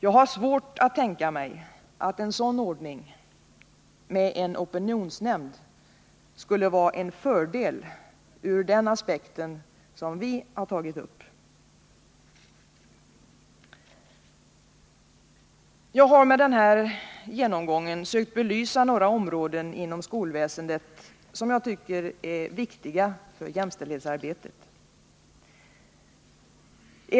Jag har svårt att tänka mig att en sådan ordning — med en opinionsnämnd — skulle vara en fördel ur den aspekt vi tagit upp. Jag har med denna genomgång sökt belysa några områden inom skolväsendet som jag tycker är viktiga för jämställdhetsarbetet.